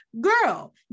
girl